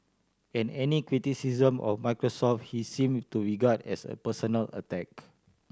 and any criticism of Microsoft he seemed to regard as a personal attack